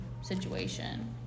situation